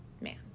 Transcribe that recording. man